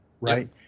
Right